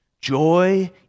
joy